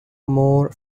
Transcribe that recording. more